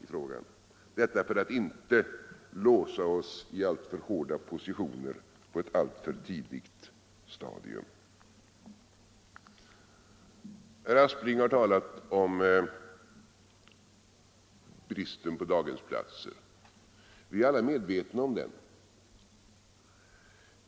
i frågan — detta för att inte låsa oss i alltför hårda positioner på ett alltför tidigt stadium. Herr Aspling har talat om bristen på daghemsplatser. Vi är alla medvetna om den.